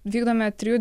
vykdomi trijų